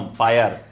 fire